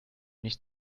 nicht